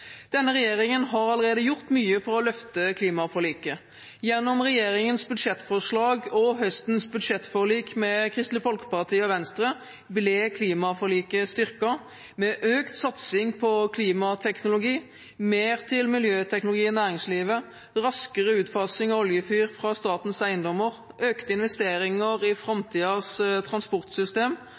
Denne regjeringen har allerede gjort mye for å løfte klimaforliket. Gjennom regjeringens budsjettforslag og høstens budsjettforlik med Kristelig Folkeparti og Venstre ble klimaforliket styrket med økt satsing på klimateknologi, mer til miljøteknologi i næringslivet, raskere utfasing av oljefyr fra statens eiendommer, økte investeringer i framtidens transportsystem